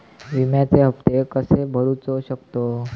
विम्याचे हप्ते कसे भरूचो शकतो?